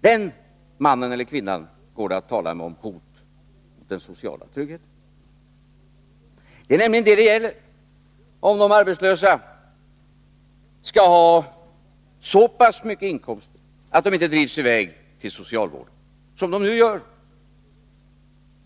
För den mannen eller kvinnan går det att tala om ett hot mot den sociala tryggheten. Vad det handlar om är nämligen om de arbetslösa skall få ett understöd, som gör att de inte drivs i väg till socialvården, vilket nu är fallet.